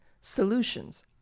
Solutions